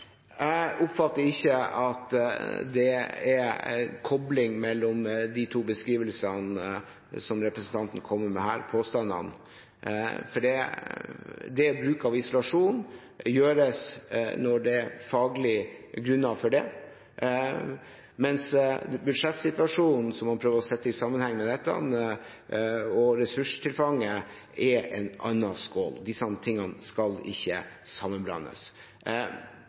Jeg oppfatter ikke at det er kobling mellom de to beskrivelsene som representanten her kommer med påstand om. Isolasjon brukes når det er faglige grunner for det, mens budsjettsituasjonen, som man prøver å sette i sammenheng med dette, og ressurstilfanget er en annen skål. Disse tingene skal ikke sammenblandes.